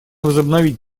возобновить